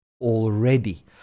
already